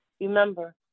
Remember